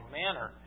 manner